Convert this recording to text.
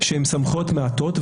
שהן סמכויות מעטות,